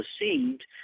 received